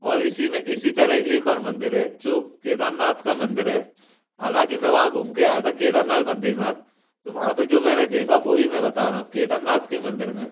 और इसी में इसी तरह एक और मंदिर है जो केदारनाथ का मंदिर है हालाँकि मैं वहाँ घूम के आया था केदारनाथ बद्रीनाथ तो वहाँ पर जो मैंने देखा वही मैं बता रहा हूँ केदारनाथ के मंदिर में